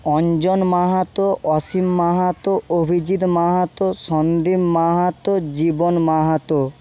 Anjan Mahato Asim Mahato Abhijit Mahato Sandeep Mahato Jeevan Mahato